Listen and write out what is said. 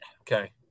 Okay